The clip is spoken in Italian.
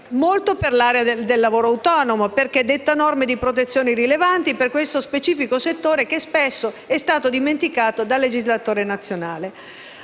molto importante per il lavoro autonomo in quanto detta norme di protezione rilevanti per questo specifico settore, che spesso è stato dimenticato dal legislatore nazionale.